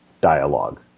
dialogue